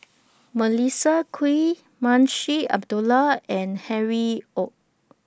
Melissa Kwee Munshi Abdullah and Harry ORD